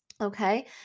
Okay